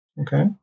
Okay